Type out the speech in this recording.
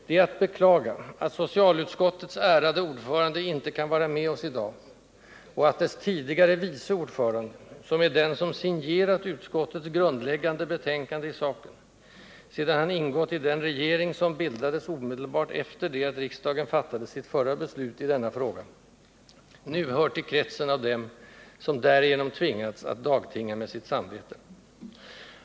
Det är att beklaga att socialutskottets ärade ordförande icke kan vara med oss i dag och att dess tidigare vice ordförande, som är den som signerat utskottets grundläggande betänkande i saken, sedan han ingått i den regering som bildades omedelbart efter det att riksdagen fattade sitt förra beslut i denna fråga, nu hör till kretsen av dem som därigenom tvingats att dagtinga med sitt samvete.